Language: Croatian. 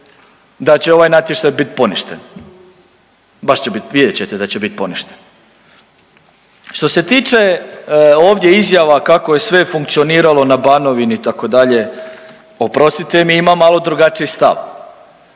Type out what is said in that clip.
da će ovaj natječaj bit poništen, baš će bit, vidjet ćete da će bit poništen. Što se tiče ovdje izjava kako je sve funkcioniralo na Banovini itd., oprostite mi imam malo drugačiji stav.